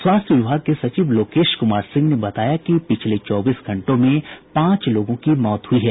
स्वास्थ्य विभाग के सचिव लोकेश कुमार सिंह ने बताया कि पिछले चौबीस घंटों में पांच लोगों की मौत हुई है